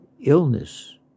Illness